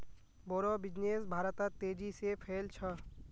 बोड़ो बिजनेस भारतत तेजी से फैल छ